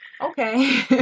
Okay